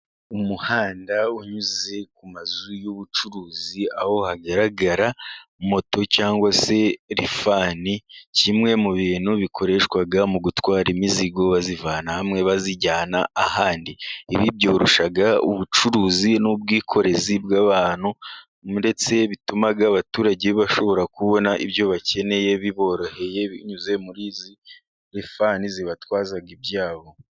Umuhanda unyuze ku mazu y'ubucuruzi, aho hagaragara moto cyangwa se rifani, kimwe mu bintu bikoreshwa mu gutwara imizigo bayivana hamwe bayijyana ahandi. Ibi byoroshya ubucuruzi n'ubwikorezi bw'abantu, ndetse bituma abaturage bashobora kubona ibyo bakeneye biboroheye, binyuze muri izi rifani zibatwaza ibya bo.